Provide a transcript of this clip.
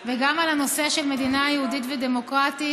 וגם על הנושא של מדינה יהודית ודמוקרטית,